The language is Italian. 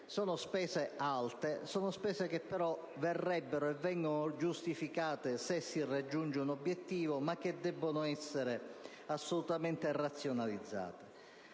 Sono spese alte, che verrebbero giustificate se si raggiungesse un obiettivo, ma che debbono essere assolutamente razionalizzate